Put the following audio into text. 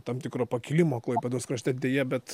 tam tikro pakilimo klaipėdos krašte deja bet